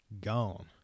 gone